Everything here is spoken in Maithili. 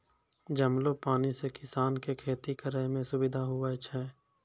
जमलो पानी से किसान के खेती करै मे भी सुबिधा होय छै